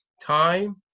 time